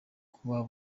kuba